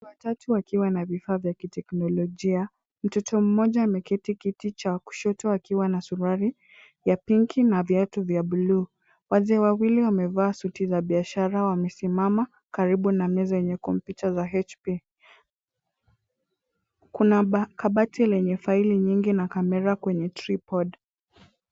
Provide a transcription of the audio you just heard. Watu watatu wakiwa na vifaa vya kiteknolojia. Mtoto mmoja ameketi kiti cha kushoto akiwa na surali ya pinki, na viatu vya buluu. Wazee wawili wamevaa suti za biashara, wamemama karibu na meza yenye computer za HP. Kuna kabati lenye faili nyingi na kamera kwenye tripod .